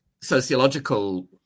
sociological